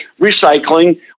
recycling